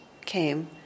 came